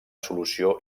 solució